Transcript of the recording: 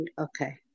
Okay